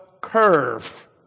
curve